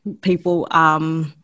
people